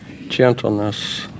Gentleness